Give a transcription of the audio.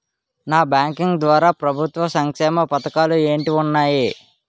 Non banking ద్వారా ప్రభుత్వ సంక్షేమ పథకాలు ఏంటి ఉన్నాయి?